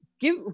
Give